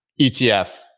ETF